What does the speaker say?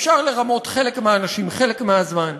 אפשר לרמות חלק מהאנשים חלק מהזמן,